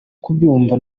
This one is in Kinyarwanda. kubyumva